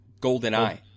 Goldeneye